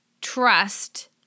trust